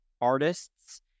artists